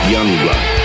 Youngblood